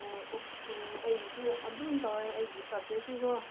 ꯎꯝ ꯎꯝ ꯑꯩꯒꯤꯁꯨ ꯑꯗꯨꯝ ꯇꯧꯋꯦ ꯑꯩꯒꯤ ꯁꯕꯖꯦꯛꯁꯨꯀꯣ